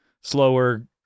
slower